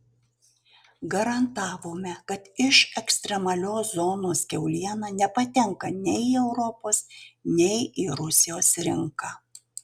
garantavome kad iš ekstremalios zonos kiauliena nepatenka nei į europos nei į rusijos rinką